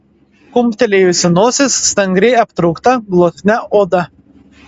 kumptelėjusi nosis stangriai aptraukta glotnia oda